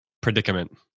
predicament